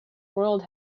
world